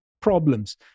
problems